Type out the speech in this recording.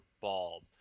bulb